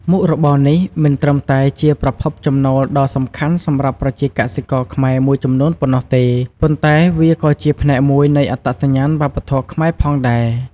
មុខរបរនេះមិនត្រឹមតែជាប្រភពចំណូលដ៏សំខាន់សម្រាប់ប្រជាកសិករខ្មែរមួយចំនួនប៉ុណ្ណោះទេ ប៉ុន្តែវាក៏ជាផ្នែកមួយនៃអត្តសញ្ញាណវប្បធម៌ខ្មែរផងដែរ។